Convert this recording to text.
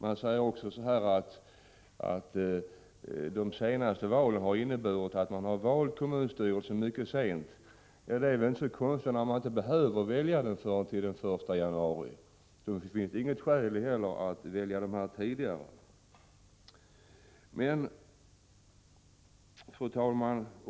Man säger också att de senaste valen har inneburit att man har valt kommunstyrelse mycket sent. Ja, det är väl inte så konstigt. Om man inte behöver välja den förrän den 1 januari finns det ju inget skäl att göra det tidigare. Fru talman!